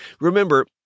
Remember